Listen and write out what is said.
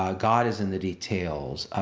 ah god is in the details.